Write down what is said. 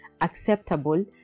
acceptable